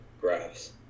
graphs